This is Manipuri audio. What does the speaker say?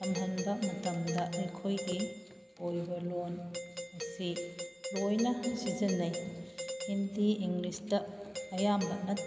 ꯇꯝꯍꯟꯕ ꯃꯇꯝꯗ ꯑꯩꯈꯣꯏꯒꯤ ꯑꯣꯏꯕ ꯂꯣꯟ ꯑꯁꯤ ꯂꯣꯏꯅ ꯁꯤꯖꯤꯟꯅꯩ ꯍꯤꯟꯗꯤ ꯏꯪꯂꯤꯁꯇ ꯑꯌꯥꯝꯕ